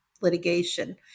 litigation